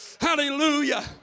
hallelujah